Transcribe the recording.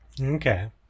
Okay